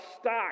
stock